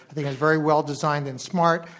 think very well-designed and smart.